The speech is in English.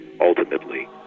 ultimately